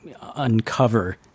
uncover